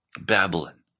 Babylon